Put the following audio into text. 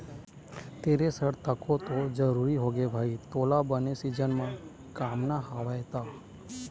thresher तको तो जरुरी होगे भाई तोला बने सीजन म कमाना हवय त